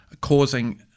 causing